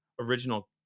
original